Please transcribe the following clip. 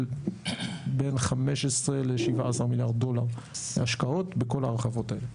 בין 15 ל-17 מיליארד דולר השקעות בכל ההרחבות האלה.